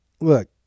look